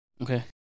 Okay